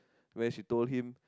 where she told him